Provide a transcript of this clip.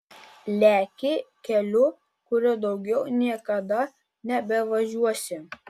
leki keliu kuriuo daugiau niekada nebevažiuosi